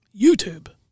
YouTube